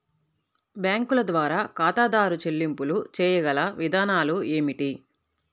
బ్యాంకుల ద్వారా ఖాతాదారు చెల్లింపులు చేయగల విధానాలు ఏమిటి?